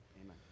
Amen